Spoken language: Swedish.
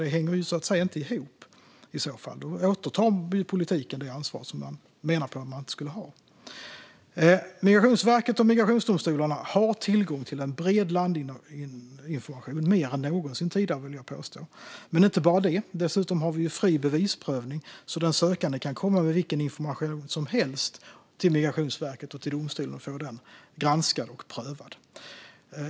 Det hänger i så fall inte ihop; då återtar politiken det ansvar som man menade att man inte skulle ha. Migrationsverket och migrationsdomstolarna har tillgång till en bred landinformation - mer än någonsin tidigare, vill jag påstå. Dessutom har vi fri bevisprövning så att den sökande kan komma med vilken information som helst till Migrationsverket och till domstolen och få den granskad och prövad.